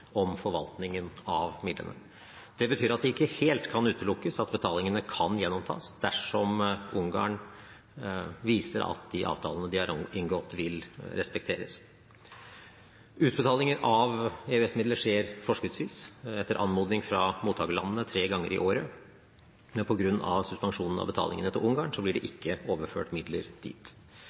om forvaltningen av midlene. Det betyr at det ikke helt kan utelukkes at betalingene kan gjenopptas dersom Ungarn viser at de avtalene de har inngått, vil respekteres. Utbetalinger av EØS-midler skjer forskuddsvis, etter anmodning fra mottakerlandene, tre ganger i året. På grunn av suspensjonen av betalingene til Ungarn blir det ikke overført midler dit.